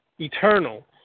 eternal